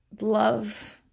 love